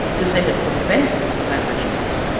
gazetted for the benefit of aborigines,